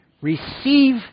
Receive